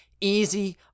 Easy